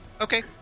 Okay